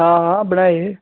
हां हां बनाई